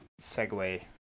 segue